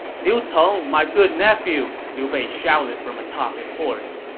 liu cong, my good nephew! liu bei shouted from atop his horse.